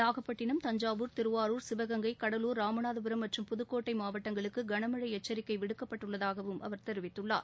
நாகப்பட்டிணம் தஞ்சாவூர் திருவாரூர் சிவகங்கை கடலூர் ராமநாதபுரம் மற்றும் புதுக்கோட்டை மாவட்டங்களில் கனமழை எச்சரிக்கை விடுக்கப்பட்டுள்ளதாக தெரிவித்தார்